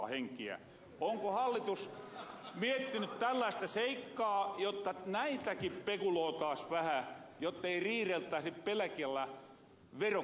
onko hallitus miettiny tällaista seikkaa jotta näitäkin pekulootais vähä jottei riireltäsi pelekillä verokysymyksillä